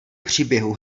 příběhu